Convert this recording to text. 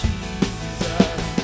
Jesus